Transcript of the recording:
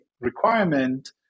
requirement